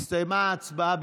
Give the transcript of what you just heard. הסתיימה ההצבעה.